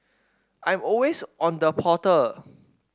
I'm always on the portal